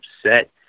upset